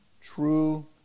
true